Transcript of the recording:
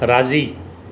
राज़ी